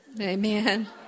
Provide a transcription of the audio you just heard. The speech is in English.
Amen